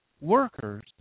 workers